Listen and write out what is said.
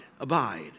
Abide